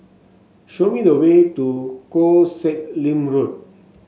show me the way to Koh Sek Lim Road